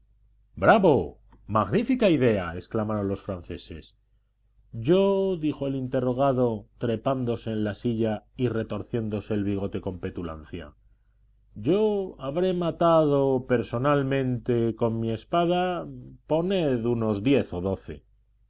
bravo magnífica idea exclamaron los franceses yo dijo el interrogado trepándose en la silla y retorciéndose el bigote con petulancia yo habré matado personalmente con mi espada poned unos diez o doce